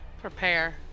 prepare